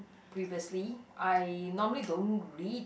previously I normally don't read